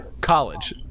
college